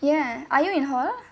ya are you in hall